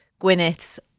Gwyneth's